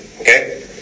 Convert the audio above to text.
okay